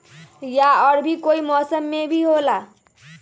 या और भी कोई मौसम मे भी होला?